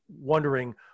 wondering